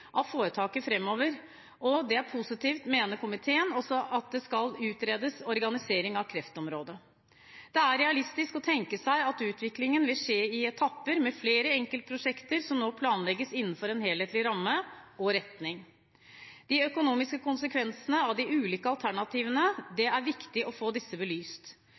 av foretaket framover, og det er positivt, mener komiteen, at det også skal utredes organisering av kreftområdet. Det er realistisk å tenke seg at utviklingen vil skje i etapper med flere enkeltprosjekter som må planlegges innenfor en helhetlig ramme og retning. De økonomiske konsekvensene av de ulike alternativene er det viktig å få belyst.